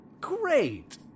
Great